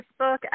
Facebook